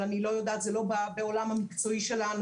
אבל אני לא יודעת כי זה לא בעולם המקצועי שלנו,